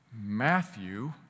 Matthew